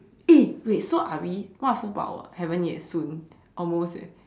eh wait so are we what full power have yet soon almost eh